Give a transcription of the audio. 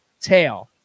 tail